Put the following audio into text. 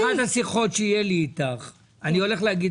באחת השיחות שיהיו לי איתך אני הולך להגיד